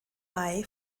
mai